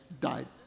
Died